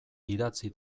idatzi